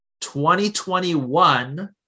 2021